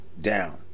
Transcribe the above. down